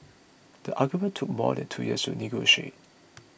the agreement took more than two years to negotiate